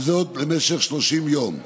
למשך 30 יום,